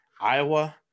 Iowa